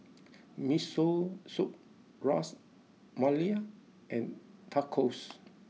Miso Soup Ras Malai and Tacos